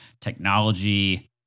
technology